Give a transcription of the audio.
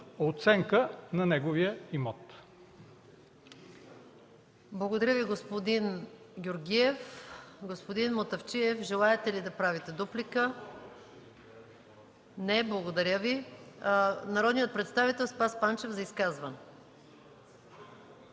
оценката на неговия имот.